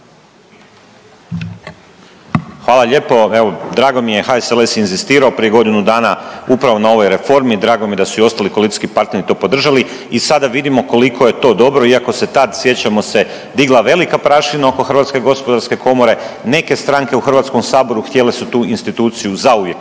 Hvala lijepo. Evo drago mi je, HSLS je inzistirao prije godinu dana upravo na ovoj reformi, drago mi je da su i ostali koalicijski partneri to podržali i sada vidimo koliko je to dobro iako se tad sjećamo se digla velika prašina oko HGK. Neke stranke u Hrvatskom saboru htjele su tu instituciju zauvijek